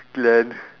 glen